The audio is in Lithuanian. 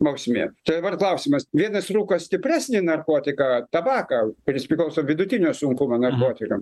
bausmė tai dabar klausimas vienas rūko stipresnį narkotiką tabaką kuris priklauso vidutinio sunkumo narkotikam